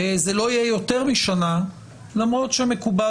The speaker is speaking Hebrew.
זה לא יהיה יותר משנה למרות שמקובל